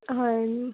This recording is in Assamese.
হয়